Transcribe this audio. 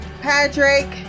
Patrick